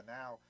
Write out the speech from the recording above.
now